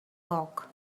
bulk